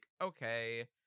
okay